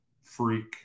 freak